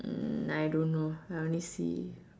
hmm I don't know I only see